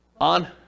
On